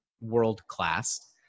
world-class